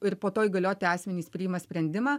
ir po to įgalioti asmenys priima sprendimą